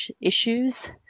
issues